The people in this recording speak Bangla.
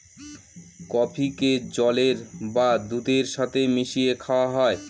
কফিকে জলের বা দুধের সাথে মিশিয়ে খাওয়া হয়